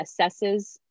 assesses